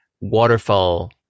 waterfall